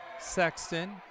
Sexton